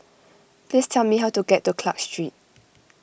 please tell me how to get to Clarke Street